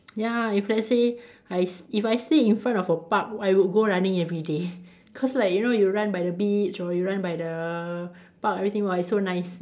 ya if let's say I s~ if I stay in front of a park I would go running everyday cause like you know you run by the beach or you run by the park everything !wah! it's so nice